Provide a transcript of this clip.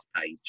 page